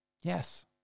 Yes